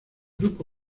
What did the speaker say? grupo